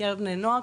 בקרב בני נוער,